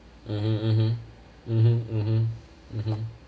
mmhmm mmhmm mmhmm mmhmm mmhmm